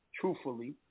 truthfully